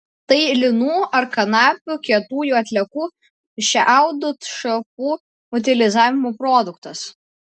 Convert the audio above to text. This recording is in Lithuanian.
tai linų ar kanapių kietųjų atliekų šiaudų šapų utilizavimo produktas